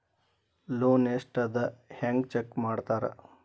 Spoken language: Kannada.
ಲೋನ್ ಎಷ್ಟ್ ಅದ ಹೆಂಗ್ ಚೆಕ್ ಮಾಡ್ತಾರಾ